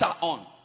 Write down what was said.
on